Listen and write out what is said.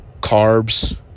carbs